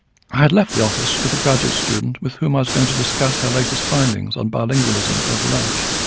i had left the office with a graduate student with whom i was going to discuss her latest findings on bilingualism over lunch.